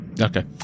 okay